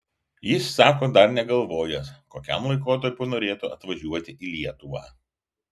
jis sako dar negalvojęs kokiam laikotarpiui norėtų atvažiuoti į lietuvą